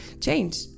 change